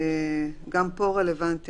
גם כאן רלוונטית